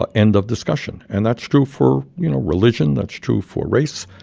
ah end of discussion and that's true for, you know, religion. that's true for race.